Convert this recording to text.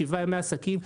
שבעה ימי עסקים,